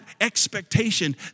expectation